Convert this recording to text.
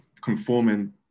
conforming